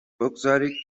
بگذارید